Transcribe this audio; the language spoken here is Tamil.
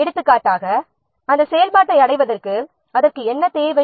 எடுத்துக்காட்டாக அந்த செயல்பாட்டை அடைவதற்கு அதற்கு என்ன தேவை